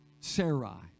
Sarai